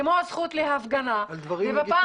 כמו הזכות להפגנה --- על דברים